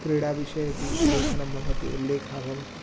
क्रीडाविषये अपि लेखनं भवति लेखः भवति